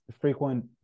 frequent